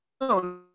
no